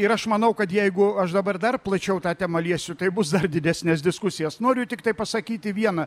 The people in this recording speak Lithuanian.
ir aš manau kad jeigu aš dabar dar plačiau tą temą liesiu tai bus dar didesnės diskusijos noriu tiktai pasakyti viena